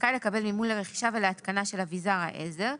זכאי לקבל מימון לרכישה ולהתקנה של אבזר העזר,